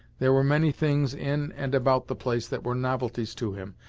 there were many things, in and about the place, that were novelties to him,